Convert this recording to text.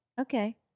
Okay